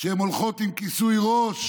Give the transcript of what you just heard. שהן הולכות עם כיסוי ראש,